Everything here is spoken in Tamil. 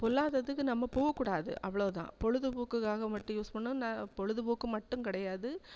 பொல்லாததுக்கு நம்ம போககூடாது அவ்வளோதான் பொழுதுப்போக்குக்காக மட்டும் யூஸ் பண்ணும் ந பொழுதுபோக்கு மட்டும் கிடையாது